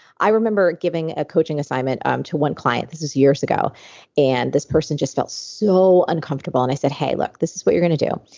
i remember giving a coaching assignment um to one client. this is years ago and this person just felt so uncomfortable and i said, hey, look. this is what you're going to do.